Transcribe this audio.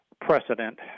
precedent